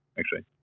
actually.